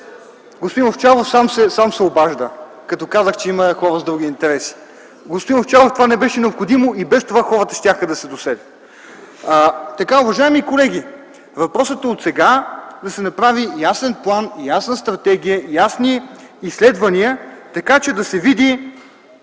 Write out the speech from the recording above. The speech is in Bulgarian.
Господин Овчаров съм се обажда както казах, че има хора с други интереси. Господин Овчаров, това не беше необходимо, и без това хората щяха да се досетят. Уважаеми колеги, въпросът е отсега да се направи ясен план и ясна стратегия ясни изследвания, така че да се види